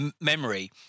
memory